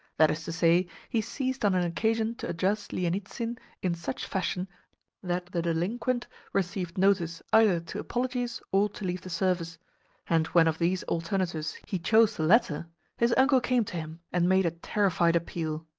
that is to say, he seized on an occasion to address lienitsin in such fashion that the delinquent received notice either to apologies or to leave the service and when of these alternatives he chose the latter his uncle came to him, and made a terrified appeal.